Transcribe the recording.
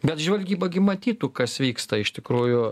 bet žvalgyba gi matytų kas vyksta iš tikrųjų